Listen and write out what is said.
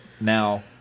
now